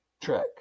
track